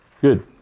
good